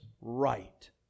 right